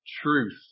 truth